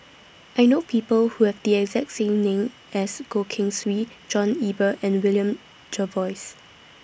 I know People Who Have The exact same name as Goh Keng Swee John Eber and William Jervois